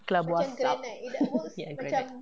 kelabu asap ya granite